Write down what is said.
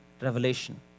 revelation